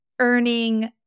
earning